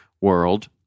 world